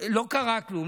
לא קרה כלום?